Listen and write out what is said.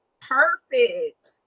Perfect